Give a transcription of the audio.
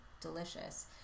delicious